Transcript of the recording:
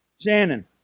Shannon